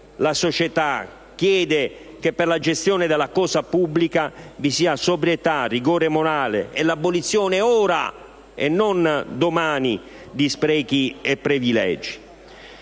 la società chiede che per la gestione della cosa pubblica vi sia sobrietà, rigore morale e l'abolizione, ora e non domani, di sprechi e privilegi.